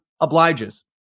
obliges